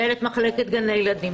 מנהלת מחלקת גני ילדים,